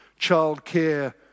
childcare